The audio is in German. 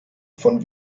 von